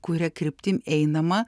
kuria kryptim einama